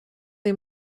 des